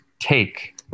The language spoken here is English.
take